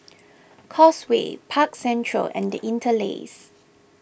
Causeway Park Central and the Interlace